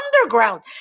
underground